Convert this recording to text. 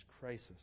crisis